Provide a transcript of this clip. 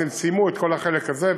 ובעצם סיימו את כל החלק הזה,